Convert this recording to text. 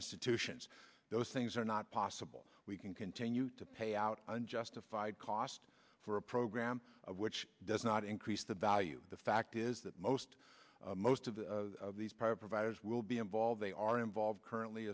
institutions those things are not possible we can continue to pay out unjustified cost for a program which does not increase the value the fact is that most most of these private providers will be involved they are involved currently